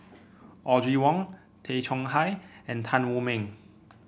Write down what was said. Audrey Wong Tay Chong Hai and Tan Wu Meng